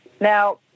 Now